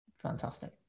Fantastic